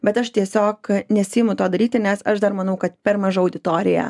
bet aš tiesiog nesiimu to daryti nes aš dar manau kad per maža auditorija